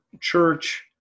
church